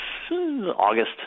August